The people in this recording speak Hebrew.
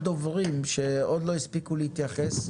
בעיקר בגלל איך שאני תופסת את ההתייחסות לפריפריה